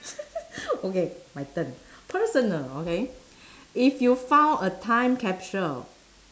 okay my turn personal okay if you found a time capsule